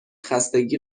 خستگی